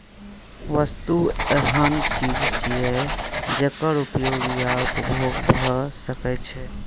वस्तु एहन चीज छियै, जेकर उपयोग या उपभोग भए सकै छै